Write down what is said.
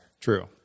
True